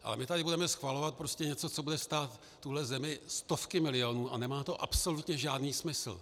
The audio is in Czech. A my tady budeme schvalovat prostě něco, co bude stát tuhle zemi stovky milionů a nemá to absolutně žádný smysl.